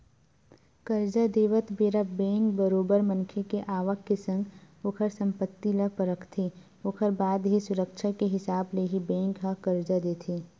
करजा देवत बेरा बेंक बरोबर मनखे के आवक के संग ओखर संपत्ति ल परखथे ओखर बाद ही सुरक्छा के हिसाब ले ही बेंक ह करजा देथे